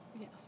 Yes